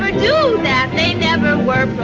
ah do that they never were